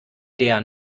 der